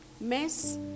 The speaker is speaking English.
mess